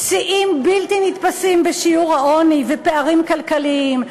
שיאים בלתי נתפסים בשיעור העוני ופערים כלכליים,